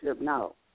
no